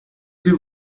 two